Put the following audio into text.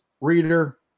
Reader